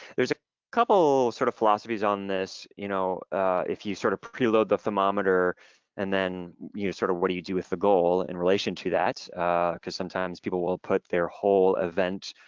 there's a couple sort of philosophies on this you know if you sort of preload the thermometer and then you sort of what do you do with the goal in relation to that cause sometimes people will put their whole event